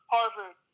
Harvard